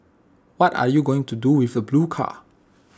what are you going to do with the blue car